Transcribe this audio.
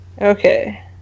Okay